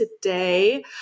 today